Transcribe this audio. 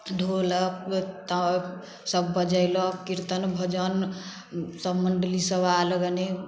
ढोलक थप सब बजेलक कीर्तन भजन सब मंडली सब आल गने